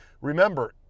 Remember